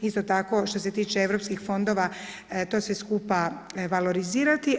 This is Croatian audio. Isto tako što se tiče europskih fondova to sve skupa valorizirati.